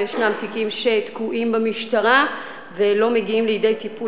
ויש תיקים שתקועים במשטרה ולא מגיעים לידי טיפול,